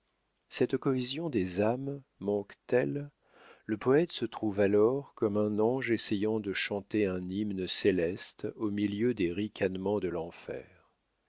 cette cohésion des âmes manque t elle le poète se trouve alors comme un ange essayant de chanter un hymne céleste au milieu des ricanements de l'enfer